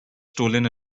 stolen